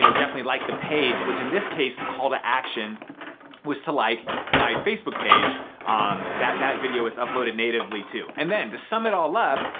you know definitely like the page, which in this case, the call to action was to like my facebook page um that that video is uploaded natively to. and then to sum it all up,